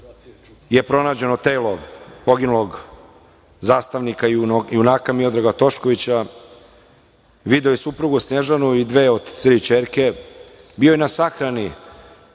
je pronađeno telo poginulog zastavnika, junaka Miodraga Toškovića, video i suprugu Snežanu i dve od tri ćerke, bio na sahrani